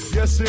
Yes